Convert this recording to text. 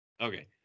okay